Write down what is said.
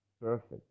perfect